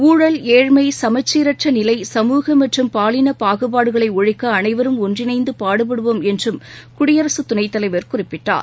ஊழல் ஏழ்மை சமச்சீரற்ற நிலை சமூக மற்றும் பாலினப் பாகுபாடுகளை ஒழிக்க அனைவரும் ஒன்றிணைந்து பாடுபடுவோம் என்றும் குடியரசு துணைத் தலைவர் குறிப்பிட்டார்